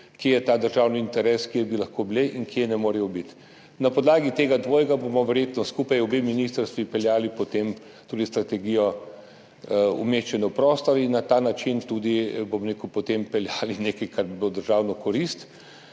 kje je ta državni interes, kje bi lahko bile in kje ne morejo biti. Na podlagi tega dvojega bova verjetno skupaj obe ministrstvi peljali potem tudi strategijo umeščanja v prostor in na ta način tudi, bom rekel, potem peljali nekaj, kar bi bilo v državno korist,